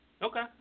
Okay